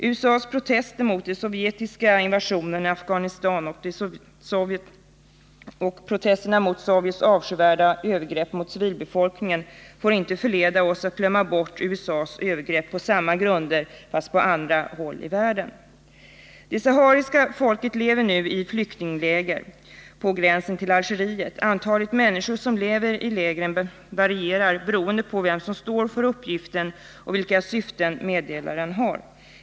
USA:s protester mot den sovjetiska invasionen i Afghanistan och mot Sovjets avskyvärda övergrepp mot civilbefolkningen får inte förleda oss att glömma bort USA:s övergrepp på samma grunder fast på andra håll i världen. Det sahariska folket lever nu i flyktingläger på gränsen till Algeriet. Antalet människor som lever i lägren varierar, beroende på vem som står för uppgiften och vilka syften meddelaren har.